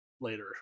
Later